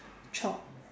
chopped